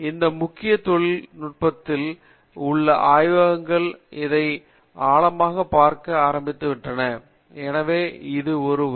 இந்த முக்கிய தொழில் நுட்பத்தில் உள்ள ஆய்வகங்கள் இதை ஆழமாகப் பார்க்க ஆரம்பித்துவிட்டன எனவே இது ஒரு வரி